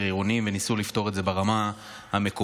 עירוניים וניסו לפתור את זה ברמה המקומית.